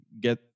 get